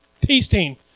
tasting